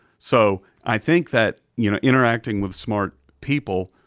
so i think that you know interacting with smart people,